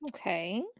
Okay